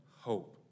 hope